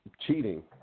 cheating